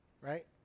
Right